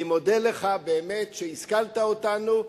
אני מודה לך באמת על שהשכלת אותנו,